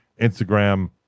Instagram